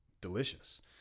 delicious